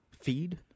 feed